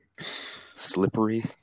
Slippery